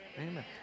Amen